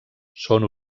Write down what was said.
són